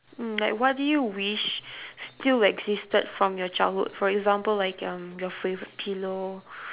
mm like what do you wish still existed from your childhood for example like um your favourite pillow